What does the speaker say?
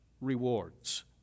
rewards